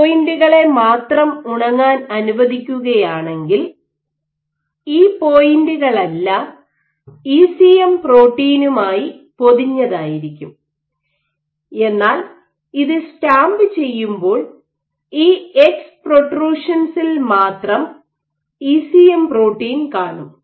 ഈ പോയിന്റുകളെ മാത്രം ഉണങ്ങാൻ അനുവദിക്കുകയാണെങ്കിൽ ഈ പോയിന്റുകളെല്ലാം ഇസിഎം പ്രോട്ടീനുമായി പൊതിഞ്ഞതായിരിക്കും എന്നാൽ ഇത് സ്റ്റാമ്പ് ചെയ്യുമ്പോൾ ഈ എക്സ് പ്രൊട്രുഷൻസിൽ മാത്രം ഇസിഎം പ്രോട്ടീൻ കാണും